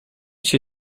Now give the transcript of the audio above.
się